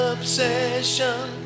Obsession